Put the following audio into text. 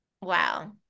wow